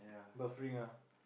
buffering ah